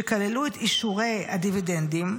שכללו את אישורי הדיבידנדים,